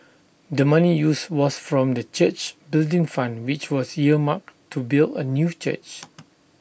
the money used was from the church's Building Fund which was earmarked to build A new church